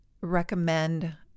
recommend